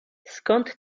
skąd